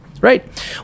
Right